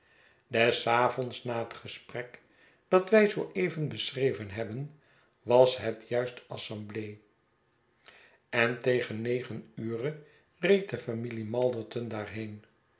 des avonds na het gesprek dat wij zoo even beschreven hebben was het juist assemblee en ten negen ure reed de familie malderton